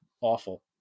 awful